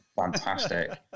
fantastic